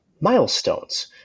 milestones